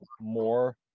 more